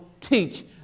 teach